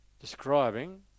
describing